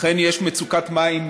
אכן, יש מצוקת מים